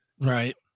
right